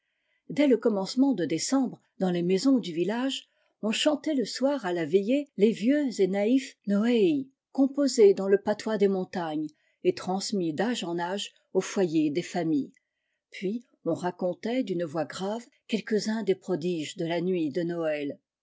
dès le commencement de décembre dans les maisons du village on chantait le soir à la veillée les vieux et naïfs noci composés dans le patois des montagnes et transmis d'âge en âge au foyer des familles puis on racontait d'une voix grave quelques-uns des prodiges de la nuit de noël